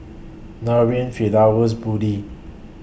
Nurin Firdaus Budi